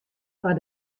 foar